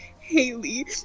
Haley